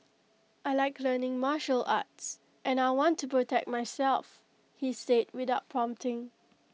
I Like learning martial arts and I want to protect myself he said without prompting